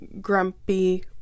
grumpy